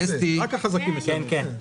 מהתוספת השנייה.